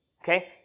Okay